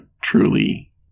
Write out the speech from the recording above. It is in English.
truly